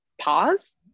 pause